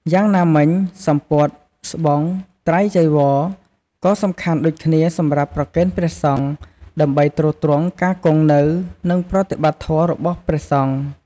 យ៉ាងណាមិញ សំពត់ ស្បង់ ត្រៃចីវរ ក៏សំខាន់ដូចគ្នាសម្រាប់ប្រគេនព្រះសង្ឃដើម្បីទ្រទ្រង់ការគង់នៅ និងប្រតិបត្តិធម៌របស់ព្រះសង្ឃ។